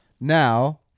Now